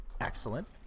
Excellent